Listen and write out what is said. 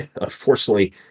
unfortunately